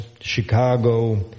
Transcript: Chicago